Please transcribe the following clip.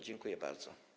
Dziękuję bardzo.